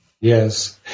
Yes